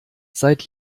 seid